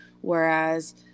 Whereas